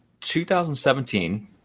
2017